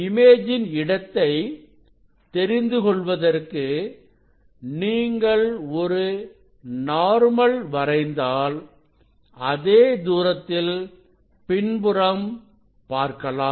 imagine இடத்தை தெரிந்துகொள்வதற்கு நீங்கள் ஒரு நார்மல் வரைந்தால் அதே தூரத்தில் பின்புறம் பார்க்கலாம்